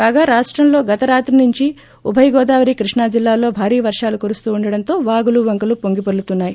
కాగా రాష్టంలో గత రాత్రి నుంచి ఉభయ గోదావరి కృష్ణా జిల్లాల్లో భారీ వర్షాలు కురుస్తుండడంతో వాగులు వంకలు పొంగివొర్లుతున్నాయి